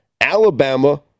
Alabama